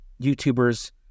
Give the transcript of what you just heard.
YouTubers